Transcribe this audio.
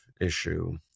issue